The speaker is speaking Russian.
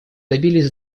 добились